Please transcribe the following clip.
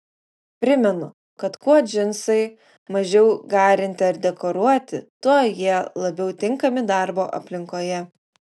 primenu kad kuo džinsai mažiau garinti ar dekoruoti tuo jie labiau tinkami darbo aplinkoje